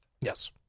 Yes